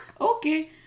Okay